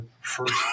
First